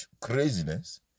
craziness